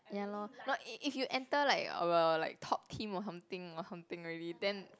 ya lor not if if you enter like our like top team or something or something already then